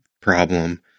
problem